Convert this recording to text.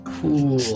Cool